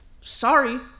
sorry